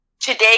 today